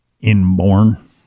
inborn